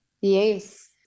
yes